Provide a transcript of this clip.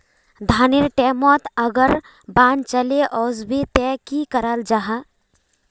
धानेर टैमोत अगर बान चले वसे ते की कराल जहा?